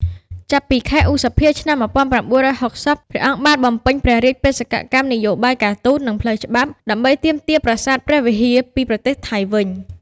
ចាប់ពីខែឧសភា ឆ្នាំ១៩៦០ ព្រះអង្គបានបំពេញព្រះរាជបេសកកម្មនយោបាយការទូត និងផ្លូវច្បាប់ ដើម្បីទាមទារប្រាសាទព្រះវិហារពីប្រទេសថៃវិញ។